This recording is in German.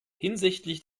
hinsichtlich